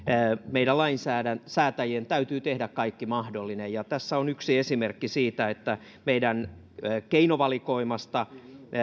meidän lainsäätäjien lainsäätäjien täytyy tehdä kaikki mahdollinen tässä on yksi esimerkki siitä että meidän keinovalikoimastamme